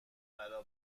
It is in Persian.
برا